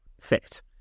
fit